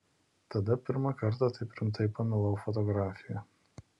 tada pirmą kartą taip rimtai pamilau fotografiją